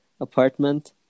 apartment